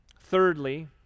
Thirdly